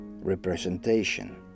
representation